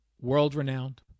world-renowned